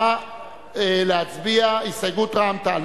נא להצביע על הסתייגות רע"ם-תע"ל.